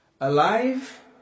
Alive